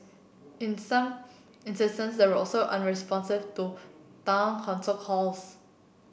in some instances they were also unresponsive to town council calls